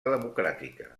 democràtica